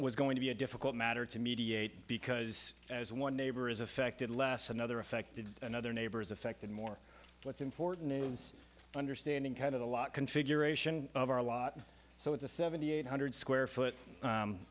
was going to be a difficult matter to mediate because as one neighbor is affected less another affected another neighbor is affected more what's important is understanding kind of the lot configuration of our lot so it's a seventy eight hundred square foot